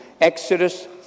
Exodus